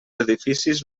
edificis